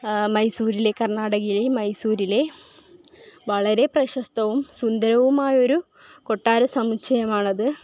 മൈസൂരിലെ കർണാടകയിലെ മൈസൂരിലെ വളരെ പ്രശസ്തവും സുന്ദരവുമായൊരു കൊട്ടാര സമുച്ചയമാണത്